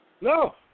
No